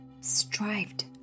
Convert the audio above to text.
strived